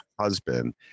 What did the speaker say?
husband